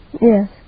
Yes